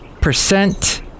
percent